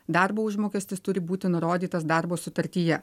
darbo užmokestis turi būti nurodytas darbo sutartyje